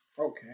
Okay